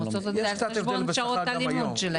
אלא בחשבון שעות הניהול שלהם.